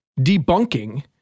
Debunking